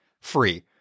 free